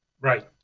Right